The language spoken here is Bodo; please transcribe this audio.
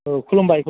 औ खुलुमबाय